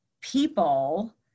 people